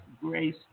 grace